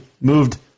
moved